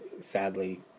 sadly